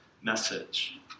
message